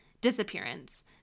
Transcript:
disappearance